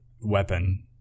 weapon